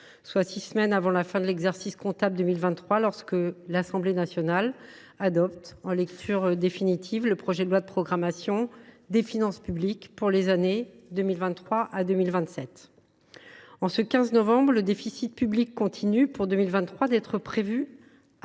soit six semaines avant la fin de l’exercice comptable de 2023, lorsque l’Assemblée nationale adopte définitivement le projet de loi de programmation des finances publiques pour les années 2023 à 2027. En ce 15 novembre, le déficit public continue pour 2023 d’être prévu à 4,9